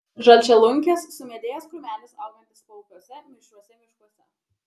žalčialunkis sumedėjęs krūmelis augantis paupiuose mišriuose miškuose